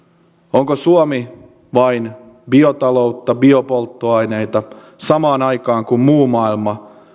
onko suomi vain biotaloutta biopolttoaineita samaan aikaan kun muu maailma